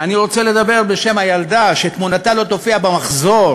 אני רוצה לדבר בשם הילדה שתמונתה לא תופיע בתמונת המחזור